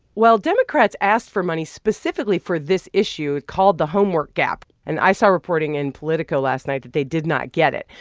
well, democrats asked for money specifically for this issue called the homework gap. and i saw reporting in politico last night that they did not get it.